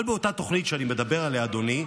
אבל באותה תוכנית שאני מדבר עליה, אדוני,